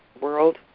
world